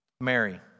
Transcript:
Mary